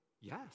yes